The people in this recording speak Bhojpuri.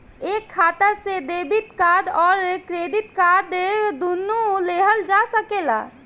एक खाता से डेबिट कार्ड और क्रेडिट कार्ड दुनु लेहल जा सकेला?